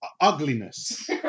Ugliness